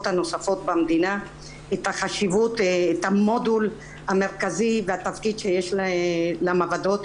הנוספות במדינה את המודול המרכזי והתפקיד שיש למעבדות,